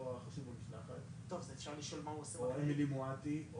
אלא אם כן יגידו למשגיח בשבת: נתראה במוצאי שבת.